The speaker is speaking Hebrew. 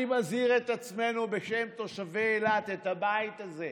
אני מזהיר את עצמנו בשם תושבי אילת, את הבית הזה: